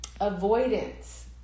avoidance